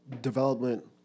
development